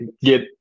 get